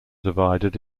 divided